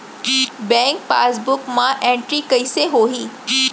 Bank passbook मा entry कइसे होही?